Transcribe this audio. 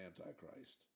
antichrist